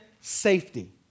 safety